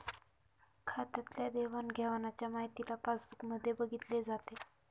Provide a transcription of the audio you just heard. खात्यातल्या देवाणघेवाणच्या माहितीला पासबुक मध्ये बघितले जाते